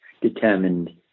determined